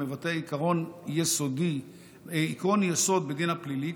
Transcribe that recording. המבטא עקרון יסוד בדין הפלילי,